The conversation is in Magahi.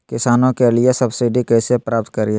किसानों के लिए सब्सिडी कैसे प्राप्त करिये?